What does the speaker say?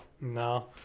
No